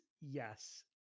Yes